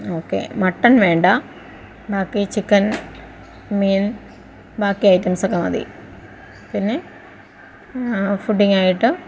okay mutton വേണ്ട ബാക്കി chicken meal ബാക്കി ഐറ്റംസ് ഒക്കെ മതി പിന്നെ ഫുഡിങ്ങ് ആയിട്ട്